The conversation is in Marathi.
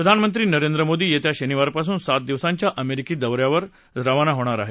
प्रधानमंत्री नरेंद्र मोदी येत्या शनिवारपासून सात दिवसांच्या अमेरिका दौऱ्यावर रवाना होणार आहेत